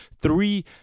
Three